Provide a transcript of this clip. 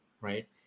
right